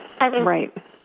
right